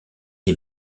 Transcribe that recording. des